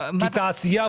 אתם תקבלו